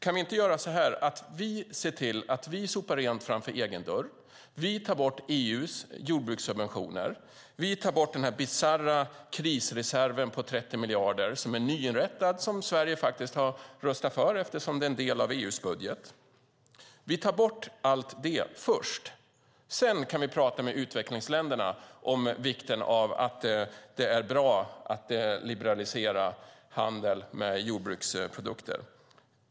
Kan vi inte göra så att vi ser till att vi sopar rent framför egen dörr? Vi tar bort EU:s jordbrukssubventioner. Vi tar bort den bisarra krisreserven på 30 miljarder, som är nyinrättad och som Sverige har röstat för eftersom det är en del av EU:s budget. Vi tar bort allt det först. Sedan kan vi tala med utvecklingsländerna om vikten av att det är bra att liberalisera handel med jordbruksprodukter.